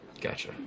Gotcha